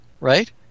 Right